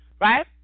right